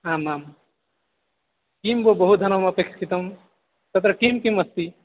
आम् आम् किं भोः बहु धनमपेक्षितं तत्र किं किम् अस्ति